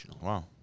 Wow